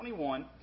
21